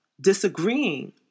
disagreeing